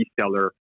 reseller